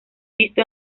visto